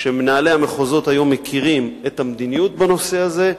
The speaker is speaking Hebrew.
שמנהלי המחוזות היום מכירים את המדיניות בנושא הזה,